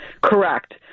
Correct